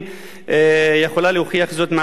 יכולה להוכיח זאת מעל לכל ספק.